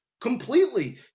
completely